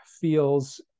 feels